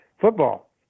football